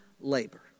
labor